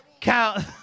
Count